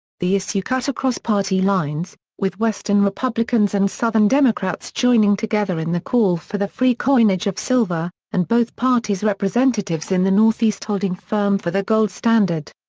the issue cut across party lines, with western republicans and southern democrats joining together in the call for the free coinage of silver, and both parties' representatives in the northeast holding firm for the gold standard.